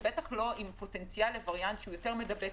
ובטח לא עם פוטנציאל לווריאנט שהוא יותר מידבק,